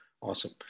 awesome